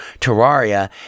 Terraria